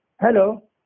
Hello